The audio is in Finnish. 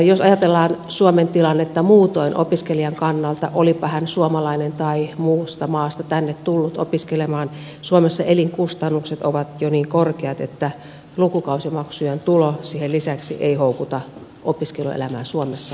jos ajatellaan suomen tilannetta muutoin opiskelijan kannalta olipa hän suomalainen tai muusta maasta tänne tullut opiskelemaan suomessa jo elinkustannukset ovat niin korkeat että lukukausimaksujen tulo siihen lisäksi ei houkuta opiskeluelämään suomessa kovinkaan vahvasti